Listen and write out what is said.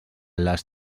les